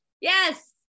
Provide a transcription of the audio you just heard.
yes